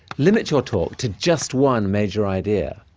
limit your talk to just one major idea.